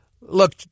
Look